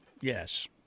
Yes